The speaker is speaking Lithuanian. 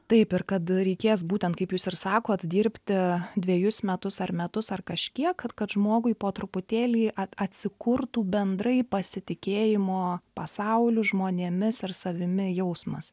taip ir kad reikės būtent kaip jūs ir sakot atidirbti dvejus metus ar metus ar kažkiek kad kad žmogui po truputėlį a atsikurtų bendrai pasitikėjimo pasauliu žmonėmis ir savimi jausmas